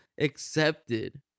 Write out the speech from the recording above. accepted